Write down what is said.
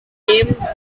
came